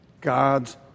God's